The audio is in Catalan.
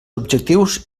objectius